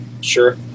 Sure